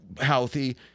healthy